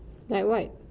like what